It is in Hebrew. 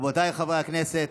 רבותיי חברי הכנסת,